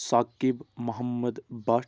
Saqib Mohammad Bhat